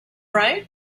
right